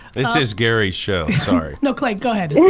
this is gary's show, sorry. no clay, go ahead.